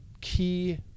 key